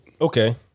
Okay